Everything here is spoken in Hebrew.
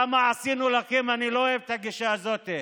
כמה עשינו לכם, אני לא אוהב את הגישה הזאת.